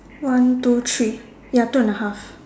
one two three ya two and a half